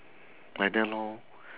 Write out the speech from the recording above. like that lor